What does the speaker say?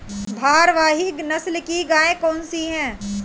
भारवाही नस्ल की गायें कौन सी हैं?